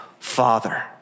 Father